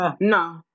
No